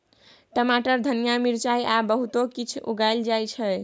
टमाटर, धनिया, मिरचाई आ बहुतो किछ उगाएल जाइ छै